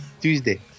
Tuesday